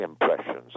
impressions